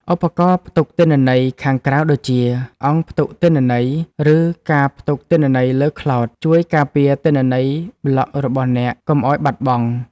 ឧបករណ៍ផ្ទុកទិន្នន័យខាងក្រៅដូចជា អង្គផ្ទុកទិន្នន័យ ឬ ការផ្ទុកទិន្នន័យលើខ្លោដ ជួយការពារទិន្នន័យប្លក់របស់អ្នកកុំឱ្យបាត់បង់។